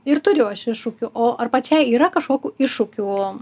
ir turiu aš iššūkių o ar pačiai yra kažkokių iššūkių